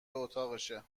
اتاقشه